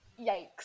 Yikes